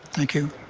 thank you.